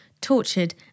tortured